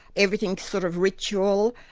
everything sort of ritual,